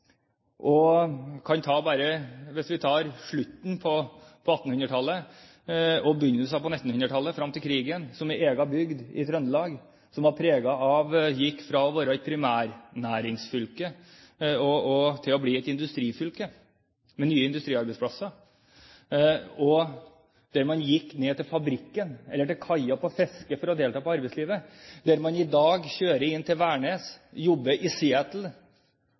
slutten av 1800-tallet og begynnelsen av 1900-tallet frem til krigen, til min egen bygd i Trøndelag. Da gikk fylket fra å være et primærnæringsfylke til å bli et industrifylke, med nye industriarbeidsplasser, og man gikk ned til fabrikken eller til kaia på fiske for å delta i arbeidslivet. I dag kjører man inn til Værnes og reiser til Seattle og andre steder ute i